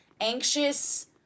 anxious